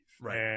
Right